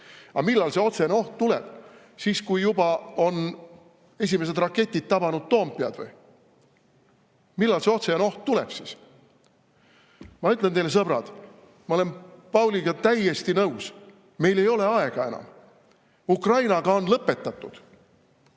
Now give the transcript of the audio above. Aga millal see otsene oht tuleb? Siis, kui juba on esimesed raketid tabanud Toompead? Millal see otsene oht tuleb siis? Ma ütlen teile, sõbrad, ma olen Pauliga täiesti nõus. Meil ei ole aega enam. Ukrainaga on lõpetatud.